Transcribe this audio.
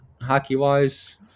hockey-wise